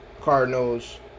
Cardinals